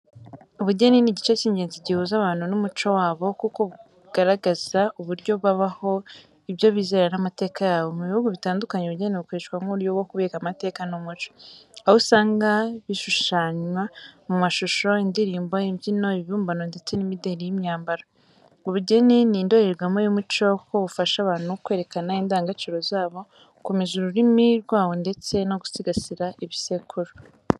Ubugeni ni igice cy’ingenzi gihuza abantu n’umuco wabo, kuko bugaragaza uburyo babaho, ibyo bizera n’amateka yabo. Mu bihugu bitandukanye, ubugeni bukoreshwa nk’uburyo bwo kubika amateka n’umuco, aho usanga bishushanwa mu mashusho, indirimbo, imbyino, ibibumbano ndetse n’imideli y’imyambaro. Ubugeni ni indorerwamo y’umuco, kuko bufasha abantu kwerekana indangagaciro zabo, gukomeza ururimi rwabo ndetse no gusigasira ibisekuru.